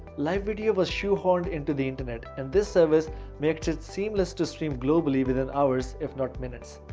live video was shoehorned into the internet, and this service makes it seamless to stream globally within hours, if not minutes,